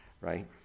right